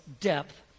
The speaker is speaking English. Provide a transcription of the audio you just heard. depth